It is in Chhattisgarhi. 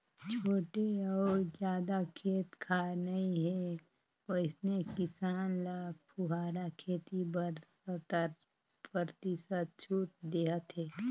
छोटे अउ जादा खेत खार नइ हे वइसने किसान ल फुहारा खेती बर सत्तर परतिसत छूट देहत हे